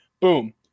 boom